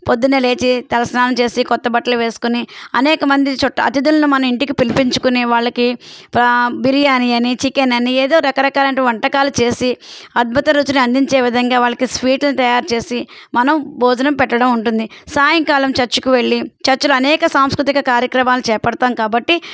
పొద్దున్నే లేచి తల స్నానం చేసి క్రొత్త బట్టలు వేసుకొని అనేక మంది చుట్టాలు అతిథులను మన ఇంటికి పిలిపించుకుని వాళ్ళకి బిర్యానీ అని చికెన్ అని ఏదో రకరకాలు అయినటువంటి వంటకాలు చేసి అద్భుత రుచిని అందించే విధంగా వాళ్ళకి స్వీట్లని తయారు చేసి మనం భోజనం పెట్టడము ఉంటుంది సాయంకాలం చర్చ్కు వెళ్ళి చర్చ్లో అనేక సాంస్కృతిక కార్యక్రమాలు చేపడతాము కాబట్టి